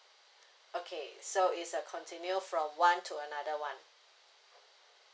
okay so it's a continue from one to another one